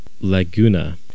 Laguna